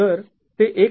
तर ते १